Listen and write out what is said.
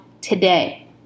today